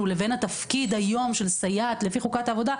לבין התפקיד היום של סייעת לפי חוקת העבודה,